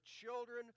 children